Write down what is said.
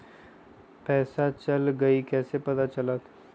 पैसा चल गयी कैसे पता चलत?